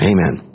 Amen